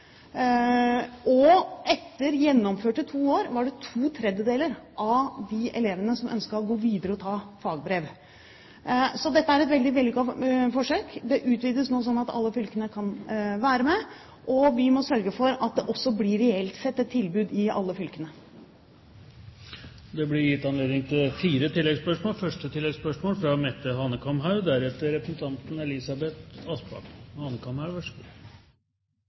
og etter gjennomførte to år var det to tredjedeler av disse elevene som ønsket å gå videre og ta fagbrev. Så dette er et veldig vellykket forsøk. Det utvides nå, sånn at alle fylkene kan være med, og vi må sørge for at det også blir reelt sett et tilbud i alle fylkene. Det blir gitt anledning til fire oppfølgingsspørsmål – først Mette Hanekamhaug.